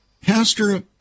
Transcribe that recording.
Pastor